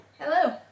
Hello